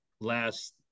last